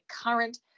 current